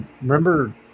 remember